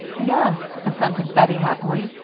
yes, assented bettie, happily.